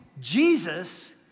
Jesus